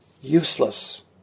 useless